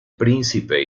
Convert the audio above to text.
príncipe